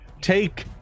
Take